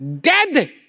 dead